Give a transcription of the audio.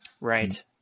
Right